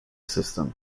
system